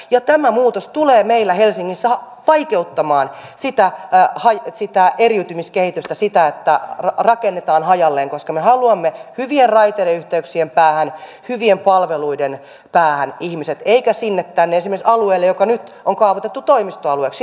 ja tämä muutos tulee meillä helsingissä vaikeuttamaan sitä eriytymiskehitystä sitä että rakennetaan hajalleen koska me haluamme ihmiset hyvien raideyhteyksien päähän hyvien palveluiden ääreen emmekä sinne tänne esimerkiksi alueelle joka nyt on kaavoitettu toimistoalueeksi